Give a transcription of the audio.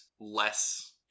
less